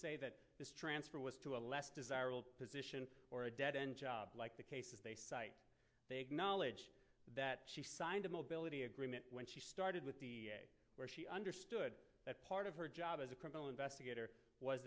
say that this transfer was to a less desirable position or a dead end job like the cases they cite they acknowledge that she signed a mobility agreement when she started with the understood that part of her job as a criminal investigator was